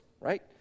right